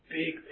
big